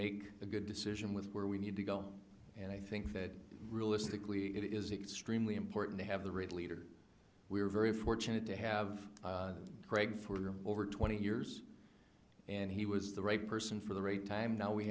make a good decision with where we need to go and i think that rule is the cli it is extremely important to have the right leader we are very fortunate to have craig for over twenty years and he was the right person for the right time now we